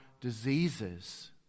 diseases